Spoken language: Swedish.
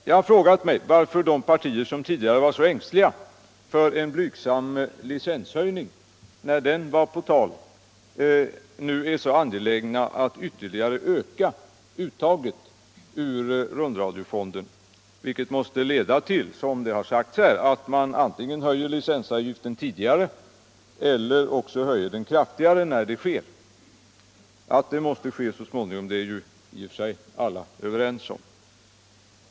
Jag har frågat mig varför de partier som tidigare var så ängsliga för en blygsam licenshöjning, när den var på tal, nu är så angelägna att ytterligare öka uttaget ur rundradiofonden vilket, som har påpekats här, måste leda till att man antingen höjer licensavgiften tidigare eller också höjer den kraftigare när det sker. Att en höjning måste ske så småningom är i och för sig alla överens om.